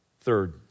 Third